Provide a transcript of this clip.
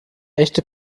echte